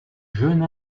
jeune